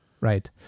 right